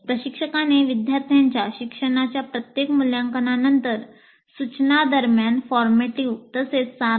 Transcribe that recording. प्रशिक्षकाने विद्यार्थ्यांच्या शिक्षणाच्या प्रत्येक मूल्यांकनानंतर सूचना दरम्यान फॉर्मेटिव्ह तसेच सारांश